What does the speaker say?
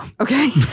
Okay